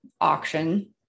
auction